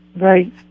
Right